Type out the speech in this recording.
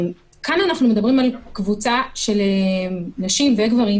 אנחנו מדברים על קבוצה של נשים וגברים,